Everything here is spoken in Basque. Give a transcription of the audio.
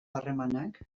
harremanak